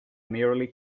nearly